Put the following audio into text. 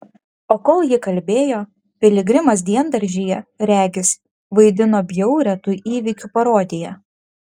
o kol ji kalbėjo piligrimas diendaržyje regis vaidino bjaurią tų įvykių parodiją